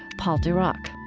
paul dirac